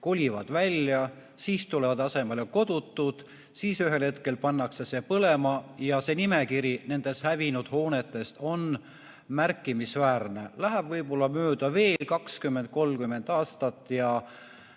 kolivad välja, siis tulevad asemele kodutud, kuni ühel hetkel pannakse maja põlema. Nimekiri nendest hävinud hoonetest on märkimisväärne. Läheb mööda veel 20–30 aastat, ja